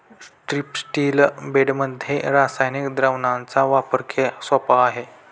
स्ट्रिप्टील बेडमध्ये रासायनिक द्रावणाचा वापर सोपा आहे